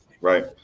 right